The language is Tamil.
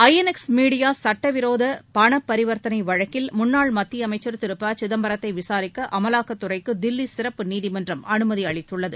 ஐஎன்எக்ஸ் மீடியா சட்ட விரோத பண பரிவர்த்தனை வழக்கில் முன்னாள் மத்திய அமைச்சர் திரு ப சிதம்பரத்தை விசாரிக்க அமலாக்கத்துறைக்கு தில்லி சிறப்பு நீதிமன்றம் அனுமதி அளித்துள்ளது